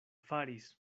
faris